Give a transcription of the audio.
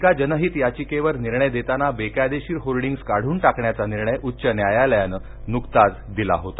एका जनहित याचिकेवर निर्णय देताना बेकायदेशीर होर्डींग्ज काढून टाकण्याचा निर्णय उच्च न्यायालयाने न्कताच दिला होता